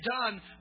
done